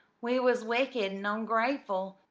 we was wicked and ongrateful,